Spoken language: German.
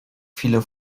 viele